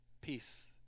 peace